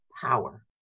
power